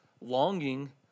longing